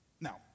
Now